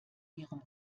ihrem